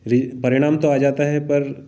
ridge परिणाम तो आ जाता है पर